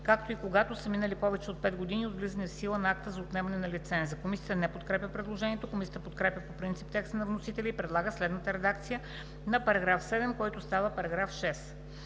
„както и когато са минали повече от пет години от влизане в сила на акта за отнемане на лиценза“.“ Комисията не подкрепя предложението. Комисията подкрепя по принцип текста на вносителя и предлага следната редакция на § 7, който става § 6: „§ 6.